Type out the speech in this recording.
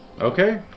Okay